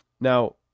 now